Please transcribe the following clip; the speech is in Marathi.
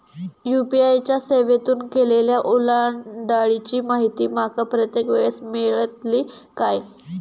यू.पी.आय च्या सेवेतून केलेल्या ओलांडाळीची माहिती माका प्रत्येक वेळेस मेलतळी काय?